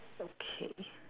okay